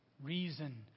Reason